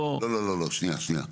לא, לא, שנייה, שנייה.